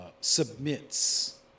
submits